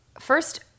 first